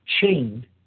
chained